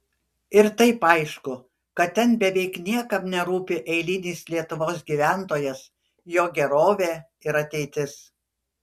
ir taip aišku kad ten beveik niekam nerūpi eilinis lietuvos gyventojas jo gerovė ir ateitis